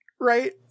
Right